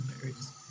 berries